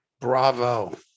Bravo